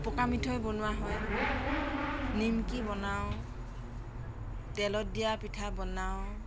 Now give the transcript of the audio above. পকামিঠৈ বনোৱা হয় নিমকি বনাওঁ তেলত দিয়া পিঠা বনাওঁ